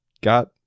got